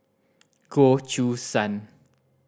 Goh Choo San